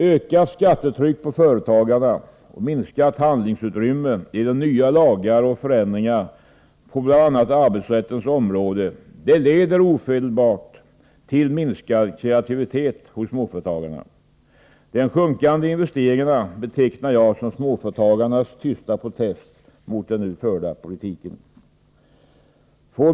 Ökat skattetryck på företagarna och minskat handlingsutrymme genom nya lagar och förändringar på bl.a. arbetsrättens område leder ofelbart till minskad kreativitet hos småföretagarna. De sjunkande investeringarna betecknar jag som småföretagarnas tysta protest mot den politik som nu förs.